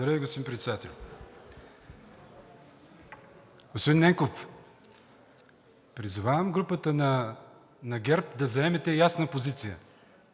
Ви, господин Председател. Господин Ненков, призовавам групата на ГЕРБ да заемете ясна позиция